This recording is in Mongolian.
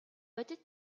бодит